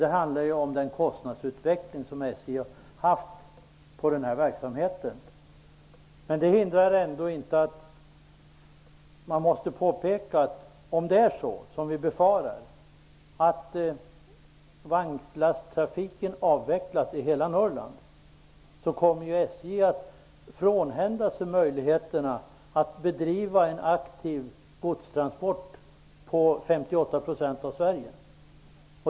Det handlar om den kostnadsutveckling som SJ har haft på den här verksamheten. Men om det blir så som vi befarar, att vagnslasttrafiken avvecklas i hela Norrland, kommer SJ att frånhända sig möjligheterna att bedriva en aktiv godstransporttrafik i 58 % av Sverige.